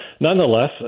nonetheless